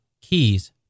keys